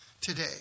today